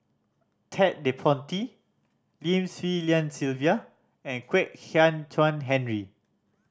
Ted De Ponti Lim Swee Lian Sylvia and Kwek Hian Chuan Henry